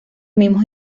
mismos